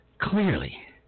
Clearly